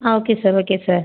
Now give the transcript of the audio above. ah okay sir okay sir